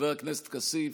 חבר הכנסת כסיף,